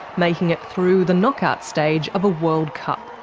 making it through the knockout stage of a world cup.